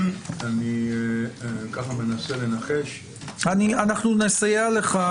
אני מנסה לנחש -- אנחנו נסייע לך